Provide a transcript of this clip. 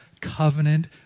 covenant